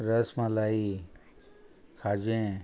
रस मलाई खाजें